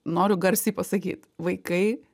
noriu garsiai pasakyt vaikai